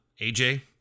AJ